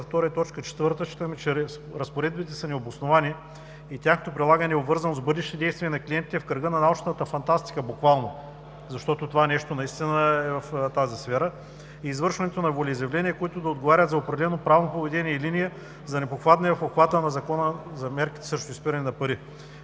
че разпоредбите са необосновани и тяхното прилагане е обвързано с бъдещи действия на клиентите в кръга на научната фантастика – буквално, защото това нещо наистина е в тази сфера – извършването на волеизявления, които да отговарят за определено правно поведение и линия, за да не попадне в обхвата на Закона за мерките срещу изпиране на пари.